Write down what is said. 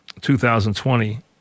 2020